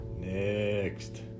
Next